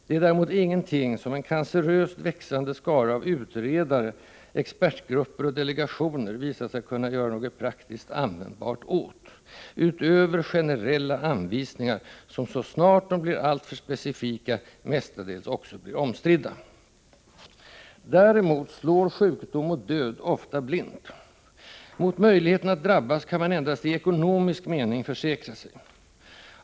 Det är däremot ingenting som en canceröst växande skara av utredare, expertgrupper och delegationer visat sig kunna göra något praktiskt användbart åt utöver generella anvisningar som så snart de blir alltför specifika mestadels också blir omstridda. Däremot slår sjukdom och död ofta blint. Mot möjligheten att drabbas kan man endast i ekonomisk mening försäkra sig.